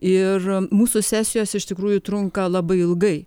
ir mūsų sesijos iš tikrųjų trunka labai ilgai